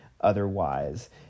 otherwise